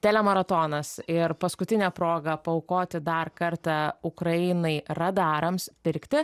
telemaratonas ir paskutinė proga paaukoti dar kartą ukrainai radarams pirkti